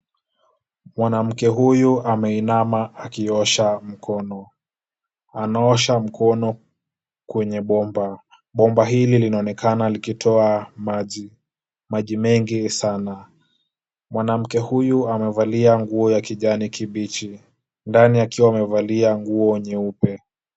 Mwanamke huyu ameinama akiosha mkono, anaosha mkono kwenye pomba. Pomba hili linaonekana likitoa maji. Maji mengi sana. Mwanamke huyu amevalia nguo ya kijani kibichi, ndani akiwa amevalia nguo nyeupe.